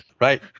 Right